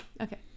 okay